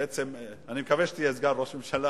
אני מקווה שתהיה סגן ראש ממשלה,